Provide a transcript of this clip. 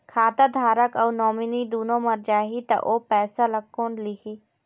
खाता धारक अऊ नोमिनि दुनों मर जाही ता ओ पैसा ला कोन लिही?